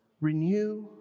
renew